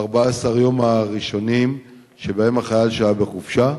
ב-14 היום הראשונים שבהם החייל שהה בחופשה,